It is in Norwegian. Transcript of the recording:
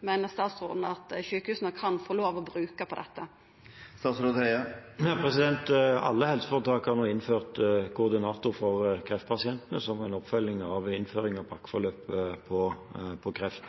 meiner statsråden eventuelt at sjukehusa kan få lov til å bruka på dette? Alle helseforetak har nå innført koordinator for kreftpasientene som en oppfølging av innføring av pakkeforløpet for kreft.